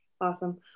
Awesome